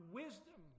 wisdom